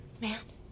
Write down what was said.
Matt